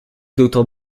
docteur